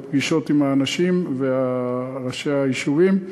בפגישות עם האנשים וראשי היישובים,